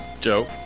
Joe